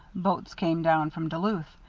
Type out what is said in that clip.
boats came down from duluth,